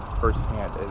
firsthand